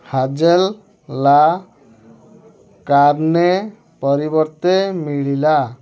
ହାଜେଲଲା କାର୍ଣ୍ଣେ ପରିବର୍ତ୍ତେ ମିଳିଲା